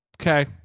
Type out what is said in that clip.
okay